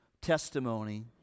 testimony